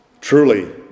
Truly